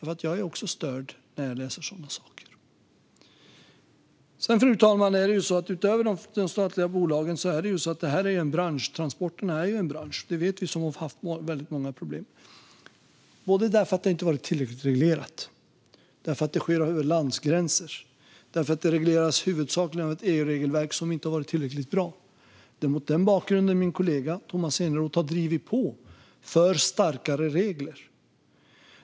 Ja, jag blir också störd när jag läser om sådana saker. Sedan är det ju så, fru talman, att utöver de statliga transporterna är detta en bransch som vi vet har haft många problem. Det har inte varit tillräckligt reglerat därför att det sker över landsgränser, och det regleras huvudsakligen av ett EU-regelverk som inte varit tillräckligt bra. Det är mot den bakgrunden min kollega Tomas Eneroth har drivit på för starkare regler.